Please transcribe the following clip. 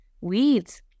weeds